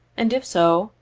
and if so,